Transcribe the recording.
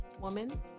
woman